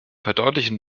verdeutlichen